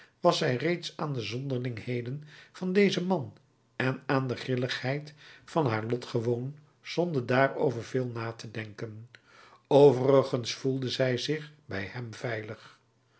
terugkomen was zij reeds aan de zonderlingheden van dezen man en aan de grilligheid van haar lot gewoon zonder daarover veel na te denken overigens voelde zij zich bij hem veilig